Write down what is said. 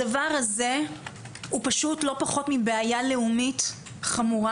הדבר הזה הוא לא פחות מבעיה לאומית חמורה